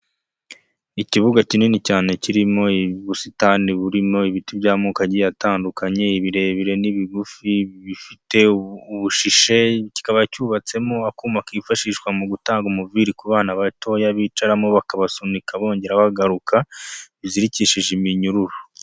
Ikibuga kinini cyane kirimo ubusitani burimo ibiti by'amoko agiye atandukanye birebire n'ibigufi bifite ubushishe, kikaba cyubatsemo akuma kifashishwa mu gutanga umubiri ku bana batoya bicaramo bakabasunika bongera bagaruka bizirikishije iminyururu.